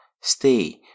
Stay